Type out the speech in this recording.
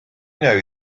know